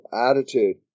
attitude